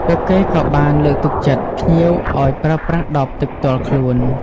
ពួកគេក៏បានលើកទឹកចិត្តភ្ញៀវឱ្យប្រើប្រាស់ដបទឹកផ្ទាល់ខ្លួន។